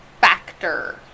factor